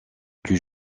plus